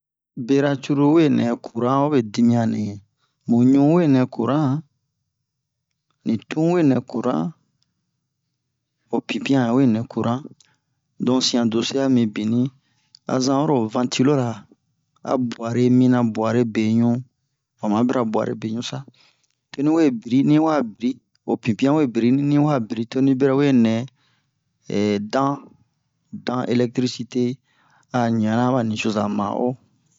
bera curulu we nɛ curan ho be dimiyan nɛ mu ɲu we nɛ curan ni tun we nɛ curan ho pinpiyan ɲan wee nɛ curan donk siyan dosiya mibinni azan oro vantilora a buware mina buware beɲu wa ma bira buware beɲu sa to ni we biri ni yi wa biri ho pinpiyan we biri ni ni yi biri to ni bɛrɛ we nɛ dan dan elɛktrisite a ɲanna ɓa nucozo ma'o